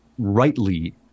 rightly